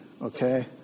okay